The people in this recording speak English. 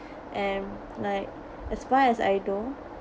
and like as far as I know